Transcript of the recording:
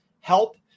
help